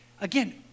Again